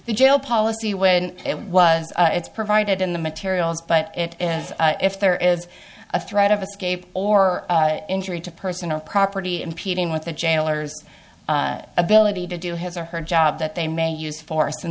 the jail policy when it was it's provided in the materials but it is if there is a threat of escape or injury to personal property impeding with the jailers ability to do his or her job that they may use force and